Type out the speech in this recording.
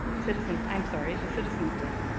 citizens, i'm sorry, the citizens league.